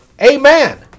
Amen